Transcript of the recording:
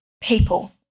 people